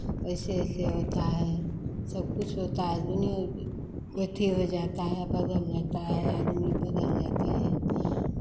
ऐसे ऐसे होता है सब कुछ होता है दुनियाँ एथि हो जाता है बदल जाता है आदमी बदल जाते हैं